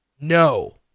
No